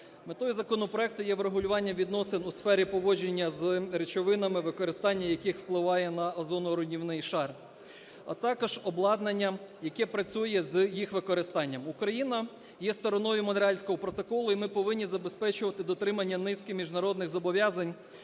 Метою законопроекту є врегулювання відносин у сфері поводження з речовинами, використання яких впливає на озоноруйнівний шар, а також обладнання, яке працює з їх використанням. Україна є стороною Монреальського протоколу, і ми повинні забезпечувати дотримання низки міжнародних зобов'язань,